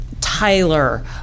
Tyler